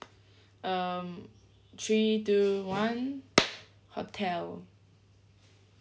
um three two one hotel